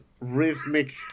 rhythmic